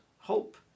hope